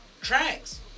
tracks